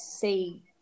see